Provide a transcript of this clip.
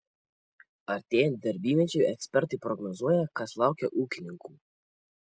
artėjant darbymečiui ekspertai prognozuoja kas laukia ūkininkų